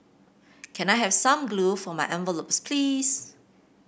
can I have some glue for my envelopes please